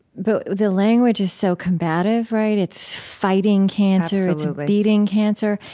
but the language is so combative, right? it's fighting cancer, it's beating cancer.